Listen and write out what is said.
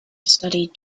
studied